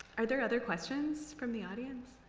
are there other questions from the audience?